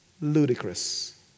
ludicrous